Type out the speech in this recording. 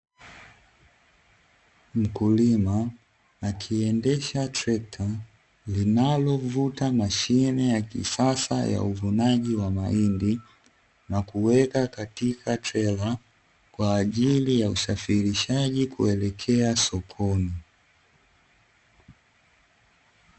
Mkulima akiendesha trekta linalovuta mashine ya kisasa ya uvunaji wa mahindi, na kuweka katika trela kwa ajili ya usafirishaji kuelekea sokoni.